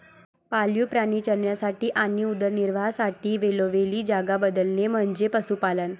पाळीव प्राणी चरण्यासाठी आणि उदरनिर्वाहासाठी वेळोवेळी जागा बदलणे म्हणजे पशुपालन